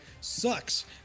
sucks